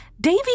Davy